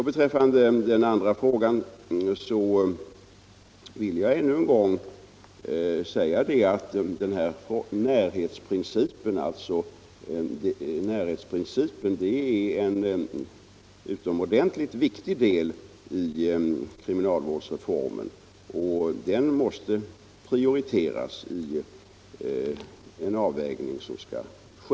Vad beträffar den andra frågan vill jag ännu en gång säga att tilllämpningen av närhetsprincipen är en utomordentligt viktig del i kriminalvårdsreformen. Den principen måste prioriteras vid den avvägning som skall göras.